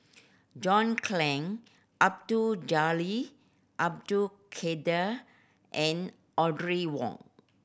John Clang Abdul Jalil Abdul Kadir and Audrey Wong